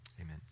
amen